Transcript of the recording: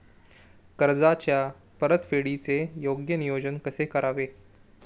कर्जाच्या परतफेडीचे योग्य नियोजन कसे करावे?